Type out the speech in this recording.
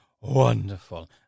wonderful